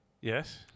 Yes